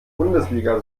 bundesliga